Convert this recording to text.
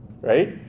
right